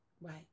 Right